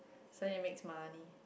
so it make money